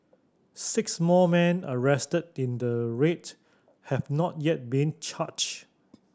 six more men arrested in the raid have not yet been charged